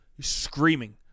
Screaming